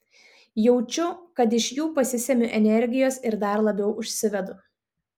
jaučiu kad iš jų pasisemiu energijos ir dar labiau užsivedu